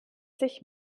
sich